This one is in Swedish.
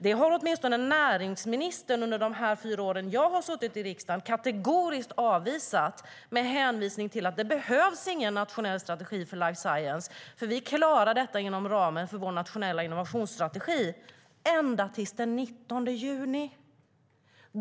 Det har åtminstone näringsministern under de fyra år jag har suttit i riksdagen kategoriskt avvisat med hänvisning till att det inte behövs någon nationell strategi för life science, för vi klarar detta inom ramen för vår nationella innovationsstrategi. Så var det ända till den 19 juni.